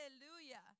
Hallelujah